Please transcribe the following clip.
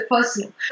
personal